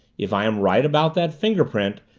if i am right about that fingerprint,